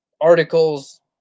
articles